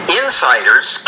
insiders